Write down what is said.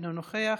אינו נוכח,